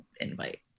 invite